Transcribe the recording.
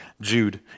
Jude